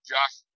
Josh